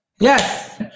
Yes